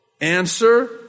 answer